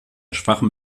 schwachem